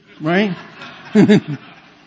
right